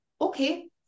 okay